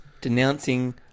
denouncing